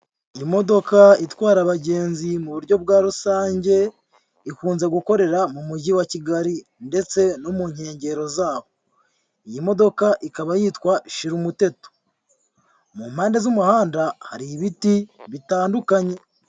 Imodoka itwara abagenzi mu buryo bwa rusange, ikunze gukorera mu mujyi wa Kigali ndetse no mu nkengero zaho, iyi modoka ikaba yitwa shirumuteto, mu mpande z'umuhanda hari ibiti bitandukanye.